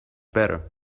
better